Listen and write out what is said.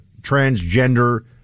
transgender